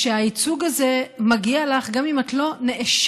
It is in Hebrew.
והייצוג הזה מגיע לך גם אם את לא נאשמת